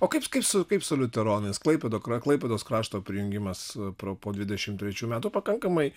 o kaip kaip su kaip su liuteronais klaipėda klaipėdos krašto prijungimas pro po dvidešimt trečių metų pakankamai